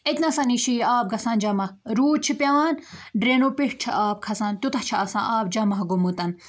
أتۍنَسَنٕے چھُ یہِ آب گژھان جمع روٗد چھُ پٮ۪وان ڈرٛینو پیٚٹھۍ چھُ آب کھَسان تیوٗتاہ چھُ آسان آب جمع گوٚمُت